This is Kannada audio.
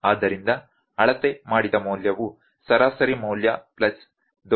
ಆದ್ದರಿಂದ ಅಳತೆ ಮಾಡಿದ ಮೌಲ್ಯವು ಸರಾಸರಿ ಮೌಲ್ಯ ಪ್ಲಸ್ ದೋಷಕ್ಕೆ ಸಮಾನವಾಗಿರುತ್ತದೆ ಸರಿ